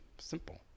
Simple